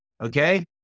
okay